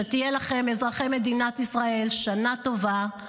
שתהיה לכם, אזרחי מדינת ישראל, שנה טובה.